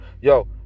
Yo